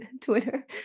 Twitter